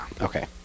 Okay